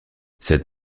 cette